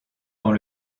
dans